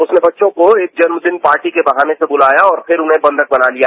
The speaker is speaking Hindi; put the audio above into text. उसने बच्चों को एक जन्मदिन पार्टी के बहाने से बुलाया और फिर उन्हें बंधक बना लिया